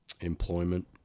employment